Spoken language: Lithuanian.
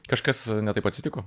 kažkas ne taip atsitiko